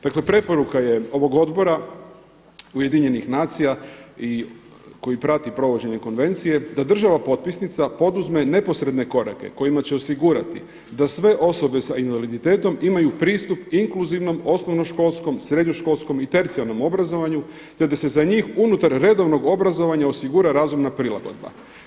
Dakle preporuka je ovog odbora UN-a koji prati provođenje konvencije da „država potpisnica poduzme neposredne korake kojima će osigurati da sve osobe s invaliditetom imaju pristup inkluzivnom, osnovnoškolskom, srednjoškolskom i tercijarnom obrazovanju, te da se za njih unutar redovnog obrazovanja osigura razumna prilagodba.